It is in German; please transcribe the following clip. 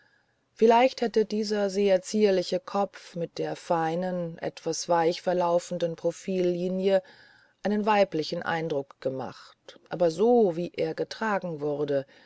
vielleicht hätte dieser sehr zierliche kopf mit der feinen etwas weich verlaufenden profillinie einen weiblichen eindruck gemacht aber so wie er getragen wurde